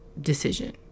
decision